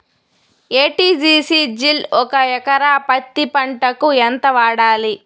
ఎ.టి.జి.సి జిల్ ఒక ఎకరా పత్తి పంటకు ఎంత వాడాలి?